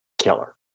killer